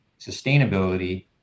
sustainability